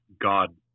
God